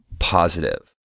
positive